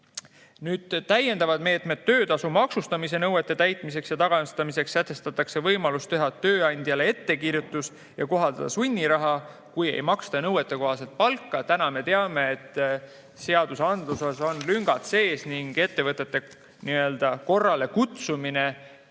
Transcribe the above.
Täiendavad meetmed: töötasu maksustamise nõuete täitmiseks ja tagastamiseks sätestatakse võimalus teha tööandjale ettekirjutus ja kohaldada sunniraha, kui töötajale ei maksta nõuetekohast palka. Täna me teame, et seadusandluses on lüngad sees ning ettevõtete nii-öelda korralekutsumine